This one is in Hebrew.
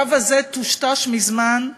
הקו הזה טושטש מזמן,